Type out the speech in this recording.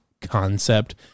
concept